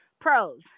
pros